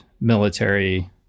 military